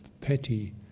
petty